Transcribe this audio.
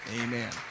Amen